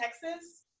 Texas